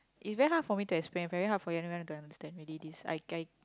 it's very hard for me to explain very hard for anyone to understand really this I I